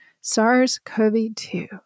SARS-CoV-2